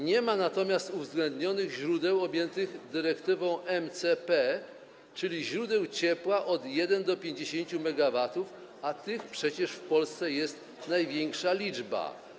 Nie ma natomiast uwzględnionych źródeł objętych dyrektywą MCP, czyli źródeł ciepła od 1 do 50 MW, a tych przecież w Polsce jest największa liczba.